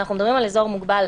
כשאנחנו מדברים על אזור מוגבל,